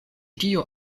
tio